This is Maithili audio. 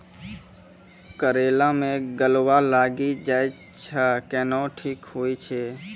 करेला मे गलवा लागी जे छ कैनो ठीक हुई छै?